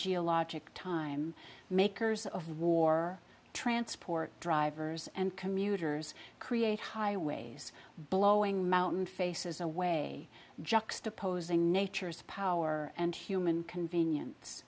geologic time makers of war transport drivers and commuters create highways blowing mountain faces away juxtaposing nature's power and human convenience